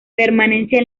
permanencia